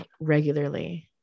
regularly